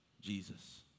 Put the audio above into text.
Jesus